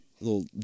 little